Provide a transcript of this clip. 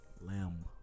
Lamb